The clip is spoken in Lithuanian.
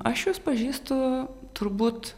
aš jus pažįstu turbūt